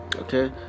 Okay